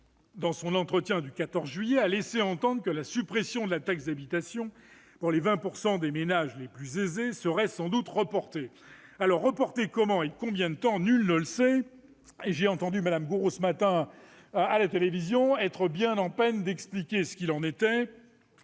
de son entretien du 14 juillet dernier, que la suppression de la taxe d'habitation pour les 20 % de ménages les plus aisés serait sans doute reportée ; mais reportée comment et de combien de temps ? Nul ne sait et Mme Gourault était, ce matin, à la télévision, bien en peine d'expliquer ce qu'il en est